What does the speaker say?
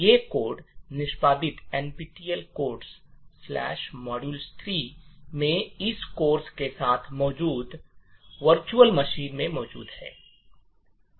ये कोड निर्देशिका nptel codesमॉड्यूल3 nptel codesmodule3 में इस कोर्स के साथ मौजूद वर्चुअल मशीन में मौजूद हैं